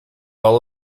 all